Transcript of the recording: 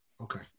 Okay